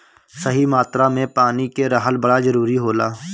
सही मात्रा में पानी के रहल बड़ा जरूरी होला